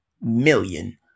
million